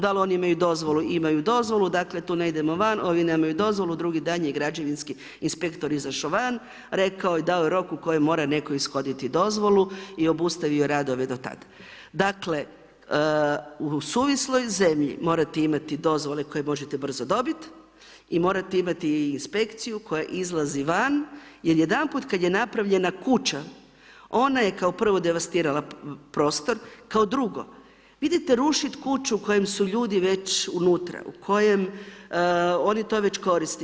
Dal oni imaju dozvolu, imaju dozvolu, dakle, tu ne idemo van, ovi nemaju dozvolu, drugi dan je građevinski inspektor izašao van, rekao je, dao rok u kojem mora netko ishoditi dozvolu i obustavio rad … Dakle, u suvisloj zemlji morate imati dozvole koje možete brzo dobiti i morate imati inspekciju koja izlazi van, jer jedanput kada je napravljena kuća, ona je kao prvo devastirala prostor, kao drugo, vi idete rušiti kuću u kojem su ljudi već unutra, u kojem oni to već koristi.